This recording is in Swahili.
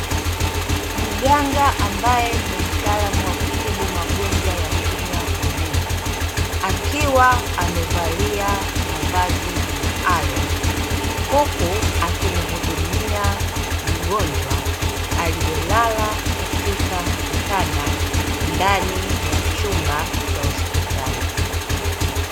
Mganga ambaye ni mtaalamu wa kutibu magonjwa ya kinywa na meno, akiwa amevalia mavazi maalumu huku akimhudumia mgonjwa aliyelala katika kitanda ndani ya chumba cha hospitali.